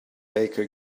baker